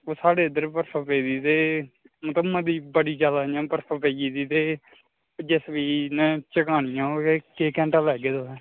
ओह् साढ़े इद्धर बी बर्फ पेदी ते मतलब मती बड़ी जादा इ'यां बर्फ पेई दी ते जे सी बी नै केह् घैंटा लैगे तोहें